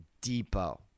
Depot